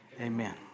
Amen